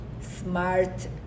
smart